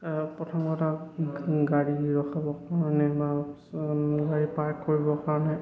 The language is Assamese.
প্ৰথম কথা গাড়ী ৰখাবৰ কাৰণে বা গাড়ী পাৰ্ক কৰিবৰ কাৰণে